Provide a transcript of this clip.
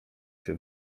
się